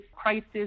crisis